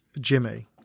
jimmy